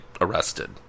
arrested